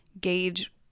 gauge